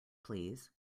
please